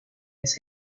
his